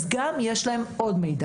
אז גם יש להם עוד מידע.